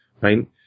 right